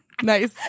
Nice